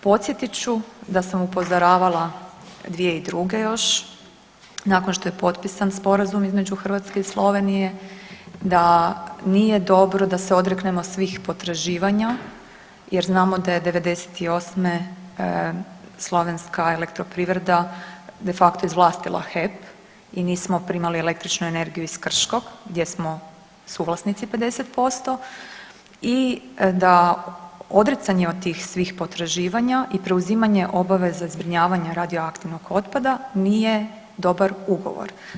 Podsjetit ću da sam upozoravala 2002. još, nakon što je potpisan sporazum između Hrvatske i Slovenije da nije dobro da se odreknemo svih potraživanja jer znamo da je '98. slovenska elektroprivreda de facto izvlastila HEP i nismo primali električnu energiju iz Krškog gdje smo suvlasnici 50% i da odricanje od tih svih potraživanja i preuzimanje obaveze zbrinjavanja radioaktivnog otpada nije dobar ugovor.